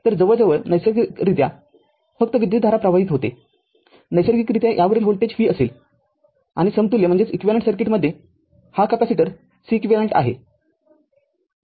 तर जवळजवळ नैसर्गिकरित्या फक्त विद्युतधारा प्रवाहित होत आहे नैसर्गिकरित्या यावरील व्होल्टेज v असेल आणि समतुल्य सर्किटमध्ये हा कॅपेसिटर Ceq आहे